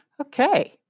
Okay